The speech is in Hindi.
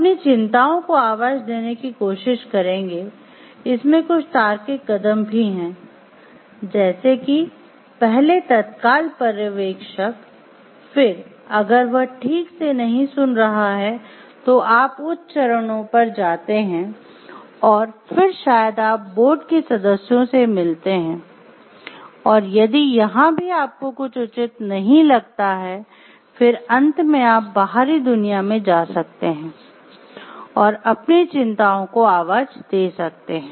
अपनी चिंताओं को आवाज़ देने की कोशिश करेंगे इसमें कुछ तार्किक कदम भी हैं जैसे कि पहले तत्काल पर्यवेक्षक फिर अगर वह ठीक से नहीं सुन रहा है तो आप उच्च चरणों पर जाते हैं और फिर शायद आप बोर्ड के सदस्यों से मिलते हैं और यदि यहाँ भी आपको कुछ उचित नहीं लगता है फिर अंत में आप बाहरी दुनिया में जा सकते हैं और अपनी चिंताओं को आवाज़ दे सकते हैं